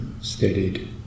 steadied